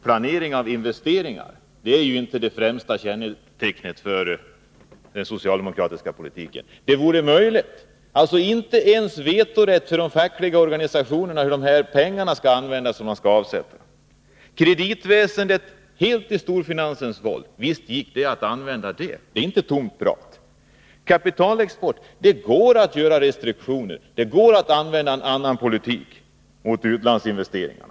Planering av investeringar är ju inte det främsta kännetecknet för den 29 Man är inte ens med på vetorätt för de fackliga organisationerna beträffande hur de pengar som skall avsättas skall få användas. Och kreditväsendet är helt i storfinansens våld. Visst kunde man göra något här — det är inte tomt prat. Beträffande kapitalexport går det att komma med restriktioner och använda en annan politik mot utlandsinvesteringar.